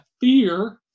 fear